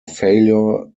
failure